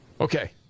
Okay